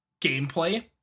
gameplay